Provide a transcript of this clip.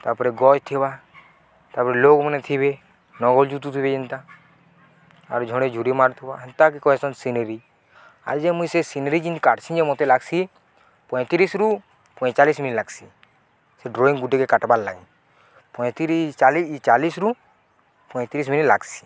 ତାପରେ ଗଛ ଥିବା ତାପରେ ଲୋଗ୍ମାନେ ଥିବେ ଥିବେ ଯେନ୍ତା ଆରୁ ଝଡ଼େଝୁରି ମାରଥିବା ହେନ୍ତାକେ କହିହସନ୍ ସିନେରୀ ଆଉ ଯେ ମୁଇଁ ସେ ସିନେରୀ ଯେମିତି କାଟ୍ସି ଯେ ମୋତେ ଲାଗ୍ସି ପଇଁତିରିଶ୍ରୁୁ ପଇଁଚାଲିଶ ମିନିଟ୍ ଲାଗ୍ସି ସେ ଡ୍ରଇଂ ଗୁଟିକେ କାଟ୍ବାର୍ ଲାଗି ପଇଁତିରିଶ ଚାଲିଶିରୁୁ ପଇଁତିରିଶି ମିନିଟ୍ ଲାଗ୍ସି